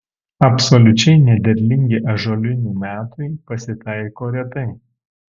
absoliučiai nederlingi ąžuolynų metai pasitaiko retai